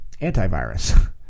antivirus